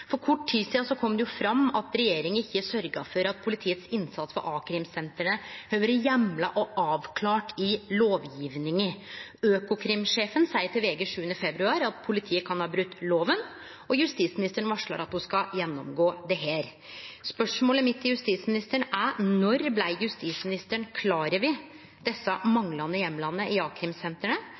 For kort tid sidan kom det fram at regjeringa ikkje har sørgt for at politiets innsats for a-krimsenteret har vore heimla og avklart i lovgjevinga. Økokrimsjefen sa til VG 7. februar at politiet kan ha brote lova, og justisministeren varslar at ho skal gjennomgå dette. Spørsmålet mitt til justisministeren er: Når blei justisministeren klar over desse manglande heimlane for a-krimsentera, og vil justisministeren rydje opp i